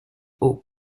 haut